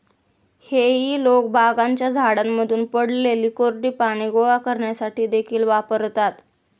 हेई लोक बागांच्या झाडांमधून पडलेली कोरडी पाने गोळा करण्यासाठी देखील वापरतात